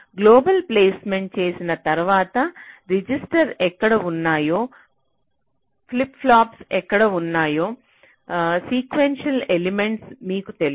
global placement చేసిన తర్వాత రిజిస్టర్లు ఎక్కడ ఉన్నాయో ఫ్లిప్ పాప్స్ ఎక్కడ ఉన్నాయో సీక్వెన్షియల్ ఎలిమెంట్స్ మీకు తెలుసు